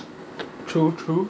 true true